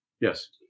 yes